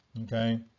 okay